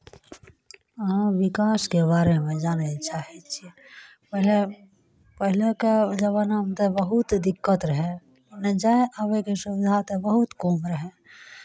अहाँ विकासके बारेमे जानय चाहै छियै उएह पहिलेके जमानामे तऽ बहुत दिक्कत रहै जाय अबयके सुविधा तऽ बहुत कम रहै